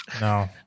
No